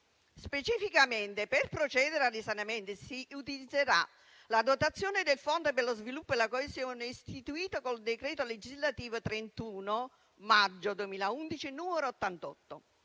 Specificamente per procedere al risanamento si utilizzerà la dotazione del Fondo per lo sviluppo e la coesione istituita con il decreto legislativo 31 maggio 2011, n. 88.